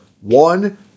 One